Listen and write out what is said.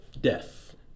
death